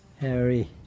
Harry